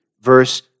verse